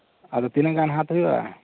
ᱟᱫᱚ ᱛᱤᱱᱟᱹᱜ ᱜᱟᱱ ᱦᱟᱛᱟᱣ ᱦᱩᱭᱩᱜᱼᱟ